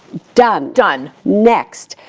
done. done. next.